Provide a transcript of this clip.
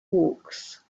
hawks